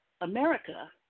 America